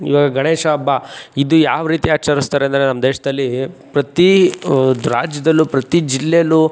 ಇವಾಗ ಗಣೇಶ ಹಬ್ಬ ಇದು ಯಾವ ರೀತಿ ಆಚರಿಸ್ತಾರೆ ಅಂದರೆ ನಮ್ಮ ದೇಶದಲ್ಲಿ ಪ್ರತಿ ರಾಜ್ಯದಲ್ಲೂ ಪ್ರತಿ ಜಿಲ್ಲೆಯಲ್ಲೂ